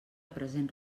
present